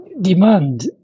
demand